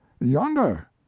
Yonder